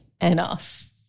enough